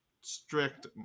strict